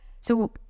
So-